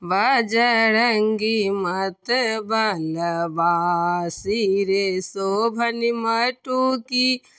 बजरङ्गी मतबलबा सिर शोभनि मटुकी